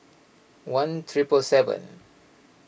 one triple seven